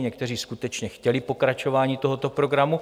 Někteří skutečně chtěli pokračování tohoto programu.